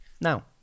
Now